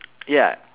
ya